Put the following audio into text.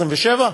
27?